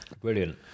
brilliant